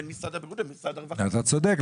משרד הבריאות --- אתה צודק.